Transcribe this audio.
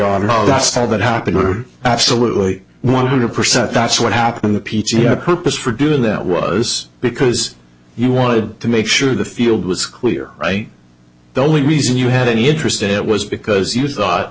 stuff that happened or absolutely one hundred percent that's what happened the p t s purpose for doing that was because you wanted to make sure the field was clear right the only reason you had any interest in it was because you thought